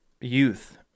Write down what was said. youth